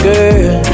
Girl